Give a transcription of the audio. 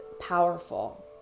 powerful